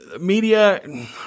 media